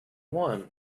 one